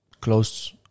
close